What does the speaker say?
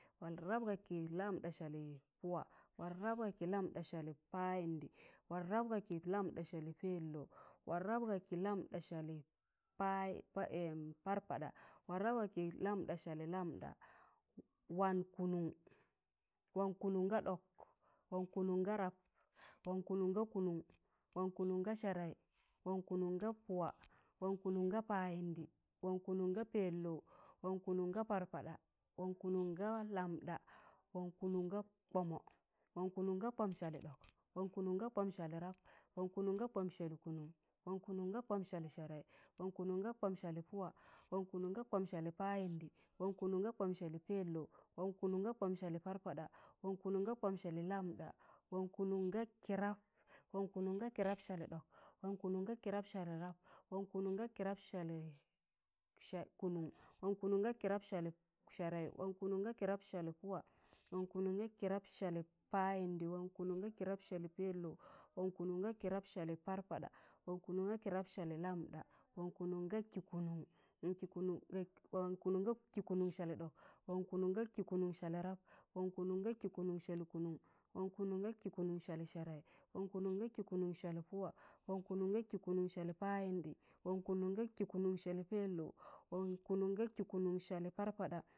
wọn rap ga kị lamɗa salị pụwawọn rap ga kị lamɗa salị payịndịwọn rap ga kị lamɗa salị pẹlouwọn rap ga kị lamɗa salị parpaɗawọn rap ga kị lamɗa salị lamdawọn kụụnụn. wọn kụụnụn ga ɗọk. wọn kụụnụn ga rap. wọn kụụnụn ga kụụnụn. wọn kụụnụn ga sẹẹrẹị. wọn kụụnụn ga pụwa. wọn kụụnụn ga payịndị. wọn kụụnụn ga pẹlou. wọn kụụnụn ga parpaɗa. wọn kụụnụn ga lamɗa. wọn kụụnụn ga kpọmọ. wọn kụụnụn ga kpọm salị ɗọk. wọn kụụnụn ga kpọm salị rap. wọn kụụnụn ga kpọm salị kụụnụn. wọn kụụnụn ga kpọm salị sẹẹrẹị. wọn kụụnụn ga kpọm salị pụwa. wọn kụụnụn ga kpọm salị payịndị. wọn kụụnụn ga kpọm salị pẹlou. wọn kụụnụn ga kpọm salị parpaɗa. wọn kụụnụn ga kpọm salị lamɗa. wọn kụụnụn ga kịrap. wọn kụụnụn ga kịrap salị ɗọk. wọn kụụnụn ga kịrap salị rap. wọn kụụnụn ga kịrap salị kụụnụṇ. wọn kụụnụn ga kịrap salị sẹẹrẹị. wọn kụụnụn ga kịrap salị pụwa. wọn kụụnụn ga kịrap salị payịndị. wọn kụụnụn ga kịrap salị pẹlou. wọn kụụnụn ga kịrap salị parpaɗa. wọn kụụnụn ga kịrap salị lamɗa. wọn kụụnụn ga kikụụnụn. wọn kụụnụn ga kikụụnụṇ salị ɗọk. wọn kụụnụn ga kikụụnụṇ salị rap. wọn kụụnụn ga kikụụnụṇ salị kụụnụn. wọn kụụnụn ga kikụụnụṇ salị sẹẹrẹị. wọn kụụnụn ga kikụụnụṇ salị pụwa. wọn kụụnụn ga kikụụnụṇ salị payịndị. wọn kụụnụn ga kikụụnụṇ salị pẹlou. wọn kụụnụn ga kikụụnụṇ salị parpaɗa,